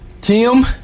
Tim